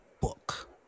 book